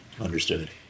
Understood